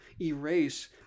erase